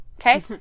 Okay